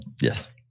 Yes